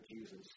Jesus